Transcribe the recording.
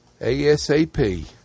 ASAP